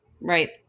Right